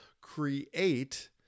create